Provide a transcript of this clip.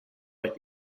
write